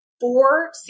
four